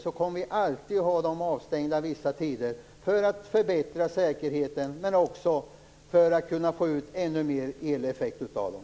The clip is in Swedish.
Vi kommer alltid att ha kärnkraftverken avstängda vissa tider för att förbättra säkerheten, men också för att kunna få ut ännu mer eleffekt av dem.